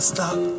Stop